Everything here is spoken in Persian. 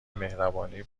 مهربانی